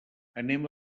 anem